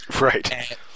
Right